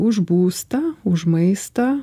už būstą už maistą